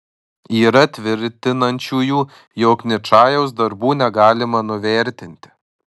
yra tvirtinančiųjų jog ničajaus darbų negalima nuvertinti